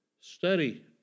study